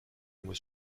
muss